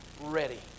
ready